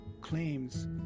claims